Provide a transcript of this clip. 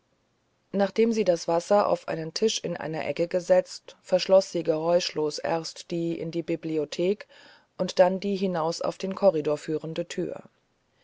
nachdem sie das wasser auf einen tisch in einer ecke gesetzt verschloß sie geräuschlos erst die in die bibliothek und dann die hinaus auf den korridor führende tür